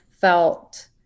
felt